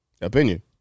Opinion